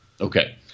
okay